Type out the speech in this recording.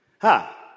Ha